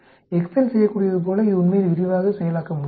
Excel செய்யக்கூடியது போல இது உண்மையில் விரிவாக செயலாக்க முடியாது